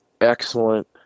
excellent